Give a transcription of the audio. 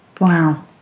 Wow